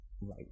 Right